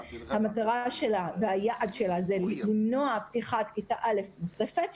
המטרה שלו והיעד שלו הוא למנוע פתיחת כיתה א' נוספת,